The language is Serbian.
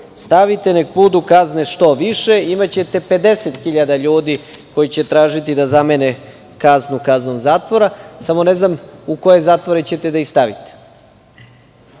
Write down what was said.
Stavite da budu kazne što više, imaćete 50 hiljada ljudi koji će tražiti da zamene kaznu kaznom zatvora, samo ne znam u koje zatvore ćete da ih stavite?U